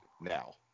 now